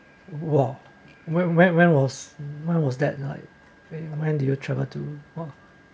!wah! when when was when was that night when did you travel to !wah!